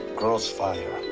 crossfire?